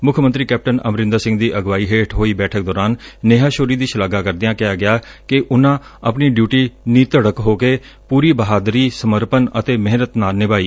ਮੁੱਖ ਮੰਤਰੀ ਕੈਪਟਨ ਅਮਰਿੰਦਰ ਸਿੰਘ ਦੀ ਅਗਵਾਈ ਹੇਠ ਹੋਈ ਬੈਠਕ ਦੌਰਾਨ ਨੇਹਾ ਸ਼ੌਰੀ ਦੀ ਸ਼ਲਾਘਾ ਕਰਦਿਆਂ ਕਿਹਾ ਗਿਆ ਕਿ ਉਨਾਂ ਆਪਣੀ ਡਿਉਟੀ ਨਿਧੜਕ ਹੋ ਕੇ ਪੁਰੀ ਬਹਾਦਰੀ ਸਮਰਪਣ ਅਤੇ ਮਿਹਨਤ ਨਾਲ ਨਿਭਾਈ